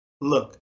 look